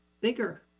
bigger